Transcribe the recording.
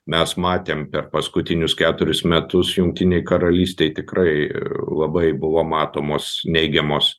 mes matėm per paskutinius keturis metus jungtinei karalystei tikrai labai buvo matomos neigiamos